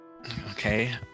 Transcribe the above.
Okay